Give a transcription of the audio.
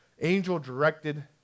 angel-directed